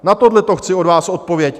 Na tohleto chci od vás odpověď.